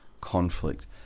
conflict